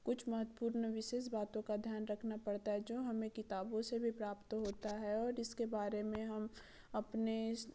कुछ महत्वपूर्ण विशेष बातों का ध्यान रखना पड़ता है जो हमें किताबों से भी प्राप्त होता है और इसके बारे में हम अपने इस